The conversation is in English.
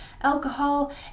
alcohol